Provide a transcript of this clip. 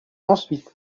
ensuite